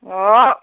অঁ